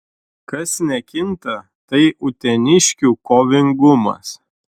kas nekinta tai uteniškių kovingumas